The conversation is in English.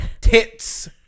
tits